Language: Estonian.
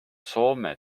soome